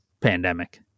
pandemic